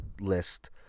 list